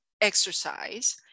exercise